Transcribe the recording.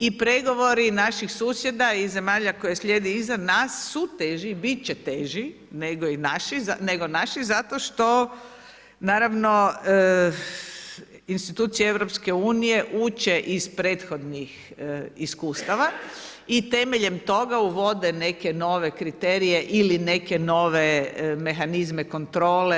I pregovori naših susjeda i zemalja koji slijede iza nas su teži, bit će teži nego i naši zato što naravno institucije europske unije uče iz prethodnih iskustava i temeljem toga uvode neke nove kriterije ili neke nove mehanizme, kontrole.